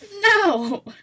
No